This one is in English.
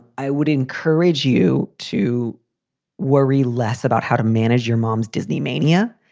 i would encourage you to worry less about how to manage your mom's disney mania.